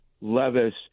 Levis